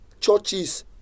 churches